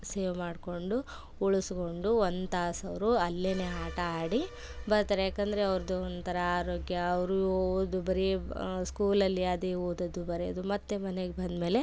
save ಮಾಡಿಕೊಂಡು ಉಳಿಸ್ಗೊಂಡು ಒಂದು ತಾಸು ಅವರು ಅಲ್ಲೆಯೇ ಆಟ ಆಡಿ ಬರ್ತಾರೆ ಏಕಂದ್ರೆ ಅವ್ರದ್ದು ಒಂಥರ ಆರೋಗ್ಯ ಅವರು ಓದು ಬರೆ ಸ್ಕೂಲಲ್ಲಿ ಅದೇ ಓದೋದು ಬರ್ಯೋದು ಮತ್ತು ಮನೆಗೆ ಬಂದಮೇಲೆ